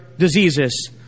diseases